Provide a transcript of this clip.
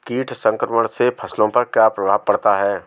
कीट संक्रमण से फसलों पर क्या प्रभाव पड़ता है?